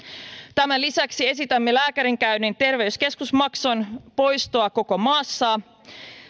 tämän lisäksi esitämme lääkärikäynnin terveyskeskusmaksun poistoa koko maassa